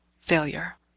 Failure